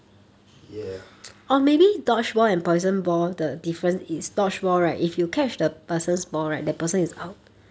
ya